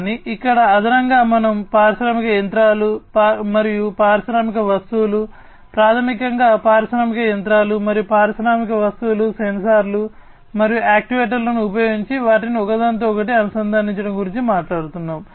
కానీ ఇక్కడ అదనంగా మనము పారిశ్రామిక యంత్రాలు మరియు పారిశ్రామిక వస్తువులు సెన్సార్లు మరియు యాక్యుయేటర్లను ఉపయోగించి వాటిని ఒకదానితో ఒకటి అనుసంధానించడం గురించి మాట్లాడుతున్నాము